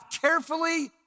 carefully